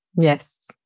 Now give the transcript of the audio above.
Yes